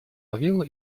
ловил